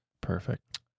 perfect